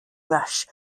rush